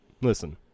listen –